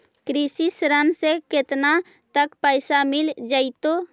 कृषि ऋण से केतना तक पैसा मिल जइतै?